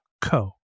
co